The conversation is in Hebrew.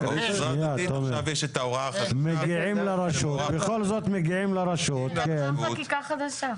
לגבי אזרח ותיק יש עכשיו את ההוראה החדשה --- יש חקיקה חדשה.